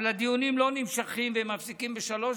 הדיונים לא נמשכים והם מופסקים ב-15:00,